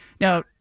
Now